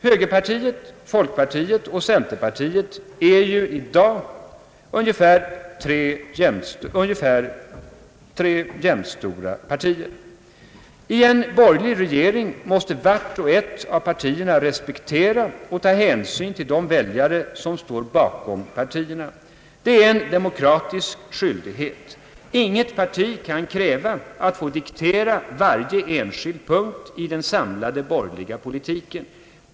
Högerpartiet, folkpartiet och centerpartiet är i dag tre ungefär jämnstora partier. I en borgerlig regering måste vart och ett av partierna respektera och ta hänsyn till de väljare som står bakom respektive parti. Det är en demokratisk skyldighet. Inget parti kan kräva att få diktera varje enskild punkt i den samlade borgerliga politiken.